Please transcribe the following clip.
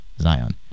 Zion